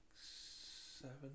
seven